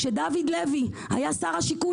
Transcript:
כשדוד לוי היה שר השיכון,